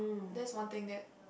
that's one thing that